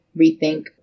rethink